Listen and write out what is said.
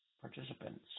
Participants